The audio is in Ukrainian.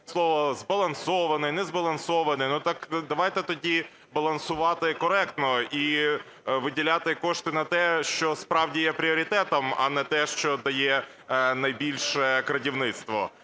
слово "збалансований", "незбалансований", так давайте тоді балансувати коректно і виділяти кошти на те, що справді є пріоритетом, а не те, що дає найбільше "крадівництво".